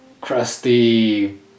crusty